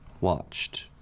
watched